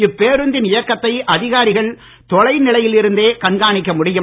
இப்பேருந்தின் இயக்கத்தை அதிகாரிகள் தொலை நிலையில் இருந்தே கண்காணிக்க முடியும்